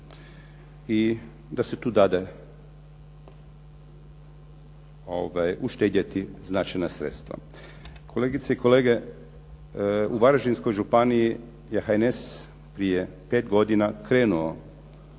i da se tu date uštedjeti značajna sredstva. Kolegice i kolege, u Varaždinskoj županiji je HNS prije 5 godina krenuo,